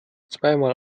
zweimal